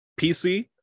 PC